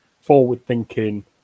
forward-thinking